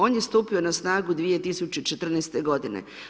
On je stupio na snagu 2014. godine.